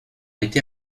été